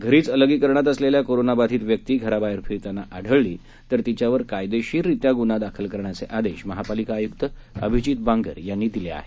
घरीच अलगीकरणात असलेली कोरोनाबाधित व्यक्ती घराबाहेर फिरताना आढळली तर तिच्यावर कायदेशीररित्या गुन्हा दाखल करण्याचे आदेश महापालिका आयुक्त अभिजीत बांगर यांनी दिले आहेत